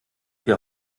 vier